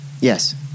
Yes